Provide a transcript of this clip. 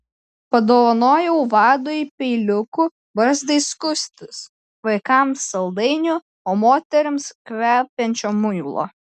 padovanojau vadui peiliukų barzdai skustis vaikams saldainių o moterims kvepiančio muilo